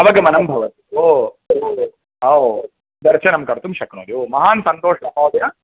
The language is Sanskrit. अवगमनं भवति ओ ओ ओ दर्शनं कर्तुं शक्नोति ओ महान् सन्तोषः महोदय